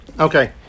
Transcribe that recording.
Okay